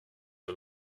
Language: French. sur